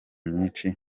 myinshi